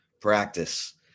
practice